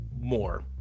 more